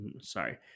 Sorry